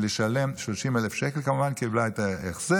לשלם 30,000. כמובן היא קיבלה את ההחזר,